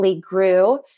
grew